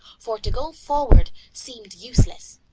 for to go forward seemed useless.